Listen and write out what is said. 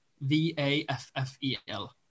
v-a-f-f-e-l